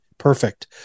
Perfect